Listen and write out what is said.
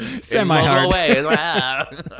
Semi-hard